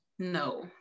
No